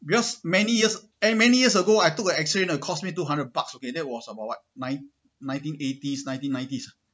because many years and many years ago I took the accident cost me two hundred bucks okay that was about what nine nineteen eighties nineteen nineties